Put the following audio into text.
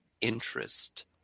interest